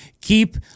Keep